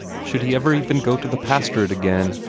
should he ever even go to the pastorate again?